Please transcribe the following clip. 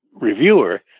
reviewer